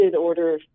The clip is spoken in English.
order